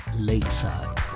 Lakeside